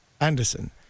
Anderson